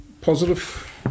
positive